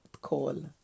call